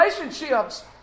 relationships